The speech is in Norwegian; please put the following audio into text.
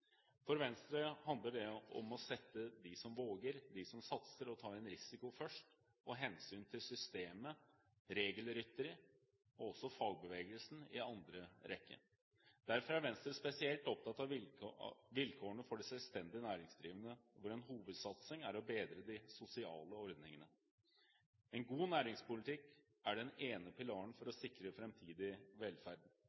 For Venstre handler det om å sette dem som våger, dem som satser og tar en risiko, først, og hensynet til systemet, regelrytteri og også fagbevegelsen i andre rekke. Derfor er Venstre spesielt opptatt av vilkårene for de selvstendig næringsdrivende, hvor en hovedsatsing er å bedre de sosiale ordningene. En god næringspolitikk er den ene pilaren for